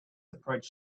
approach